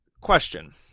question